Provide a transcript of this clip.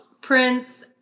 Prince